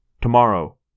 Tomorrow